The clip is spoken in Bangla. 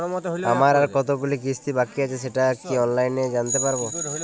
আমার আর কতগুলি কিস্তি বাকী আছে সেটা কি অনলাইনে জানতে পারব?